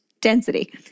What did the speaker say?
density